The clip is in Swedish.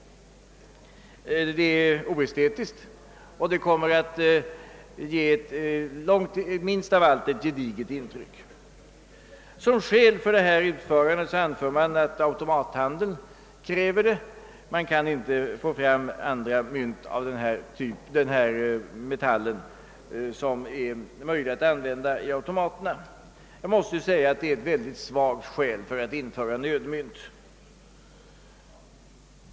Det är oestetiskt och kommer minst av allt att ge ett gediget intryck. Som skäl för detta utförande anför man att automathandeln kräver det och att man inte kan få fram andra mynt av denna metall som kan användas i automaterna. Jag måste säga att det är ett mycket svagt argument för att införa nödmynt.